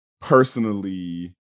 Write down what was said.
personally